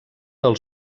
del